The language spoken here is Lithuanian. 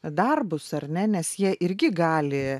darbus ar ne nes jie irgi gali